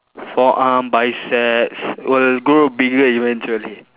forearm biceps will grow bigger eventually